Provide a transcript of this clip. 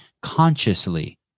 consciously